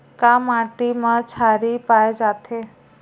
का माटी मा क्षारीय पाए जाथे?